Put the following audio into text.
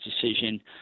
decision